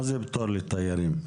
מה זה פטור לתיירים,